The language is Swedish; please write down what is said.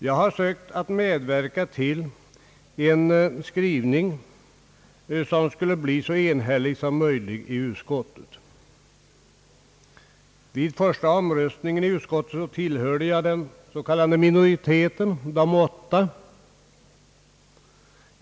Jag har sökt medverka till en skrivning, som skulle bli så enhällig som möjligt i utskottet. Vid första omröstningen i utskottet tillhörde jag den s.k. minoriteten — vi var åtta.